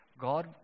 God